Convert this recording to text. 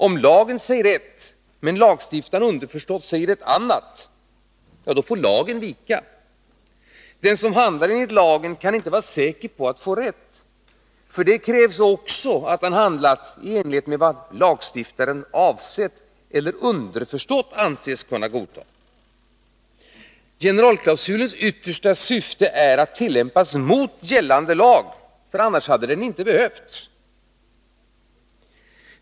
Om lagen säger ett men lagstiftaren underförstått säger ett annat, då får lagen vika. Den som handlar enligt lagen kaninte vara säker på att få rätt. För det krävs också att han handlat i enlighet med vad lagstiftaren avsett eller underförstått anses kunna godta. General klausulens yttersta syfte är att tillämpas mot gällande lag. Annars hade den inte behövts.